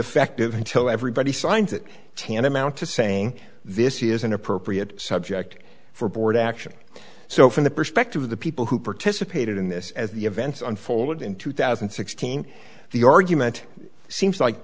effective until everybody signs it tantamount to saying this is an appropriate subject for board action so from the perspective of the people who participated in this as the events unfolded in two thousand and sixteen the argument seems like